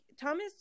Thomas